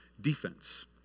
defense